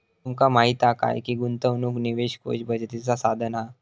तुमका माहीत हा काय की गुंतवणूक निवेश कोष बचतीचा साधन हा